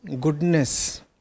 goodness